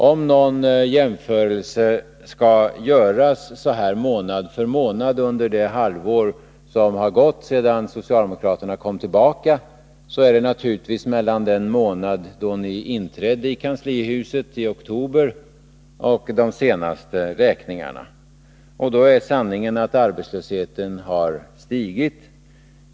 Om någon jämförelse skall göras månad för månad under det halvår som har gått sedan socialdemokraterna kom tillbaka, är det naturligtvis mellan den månad då de inträdde i kanslihuset, dvs. oktober, och de senaste räkningarna. Då är sanningen att arbetslösheten har ökat.